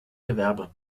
gewerbe